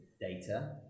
data